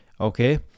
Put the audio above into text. okay